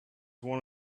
one